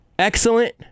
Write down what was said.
excellent